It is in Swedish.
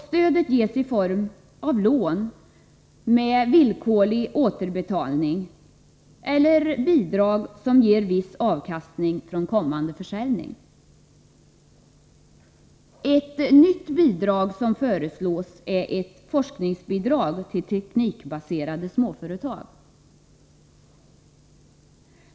Stödet ges i form av lån med villkorlig återbetalning eller bidrag som ger viss avkastning från kommande försäljning. Ett nytt bidrag som föreslås är ett forskningsbidrag till teknikbaserade småföretag.